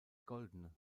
goldene